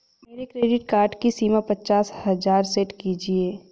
मेरे credit card की सीमा पचास हजार सेट कीजिए